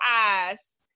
eyes